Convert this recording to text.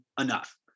enough